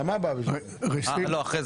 אני מציע